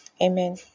amen